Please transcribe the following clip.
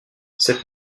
cette